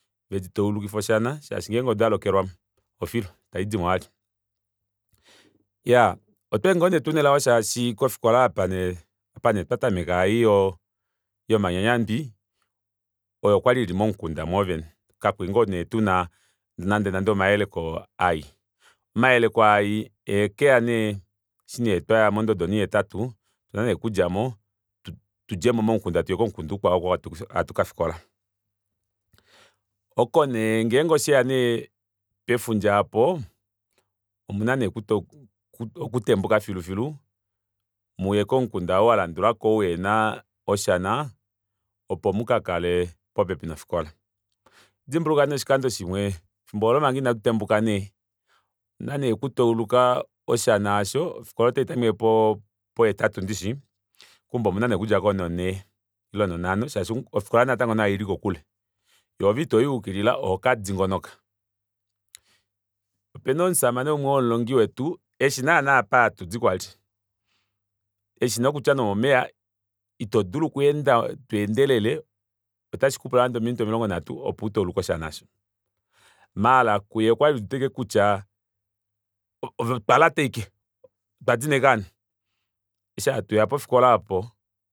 Vetu taulukife oshana shaashi ngenge ondalokelwamo ofilu itadidimo vali iyaa otwalingoo nee tuna elao shaashi pofikola apa twatamekela eiyi yomanyanyandi oyo okwali ili momukunda mwoovene kakwali ngoo nee tuna nande nande omayeleko mayi omayeleko mayi okwekeya nee eshi nee twaya mondodo oni hetatu otuna nee okudjamo momukudna tuye komukunda ukwao oko hatu kafikola oko nee ngenge osheya neepefundja aapo omuna nee okutembuka filu filu muye komukunda oo walandulako oo uhena oshana opo mukakale popepi nofikola ohandi dimbuluka nee oshikando shimwe efimbo olo manga inatutembuka otuna nee oku tauluka oshana aasho ofikola ota itameke po hetatu ndishi keumbo omuna nee okudjako no nhee ile nonhano shaashi ofikola natango oili kokule ove itoyi wayukilila ohokadingonoka opena omushamane umwe womulongi wetu eshi naana apa hatudi kwali eshi nokutya nomomeva ito dulu okweendamo tweendelele otashikupula nande ominute omilongo nhatu opo utauluke oshana aasho maala kuye okwali eudite ashike kutya otwalata ashike otwa dina ashike ovanhu eshi hatuya pofikola aapo